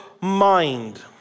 mind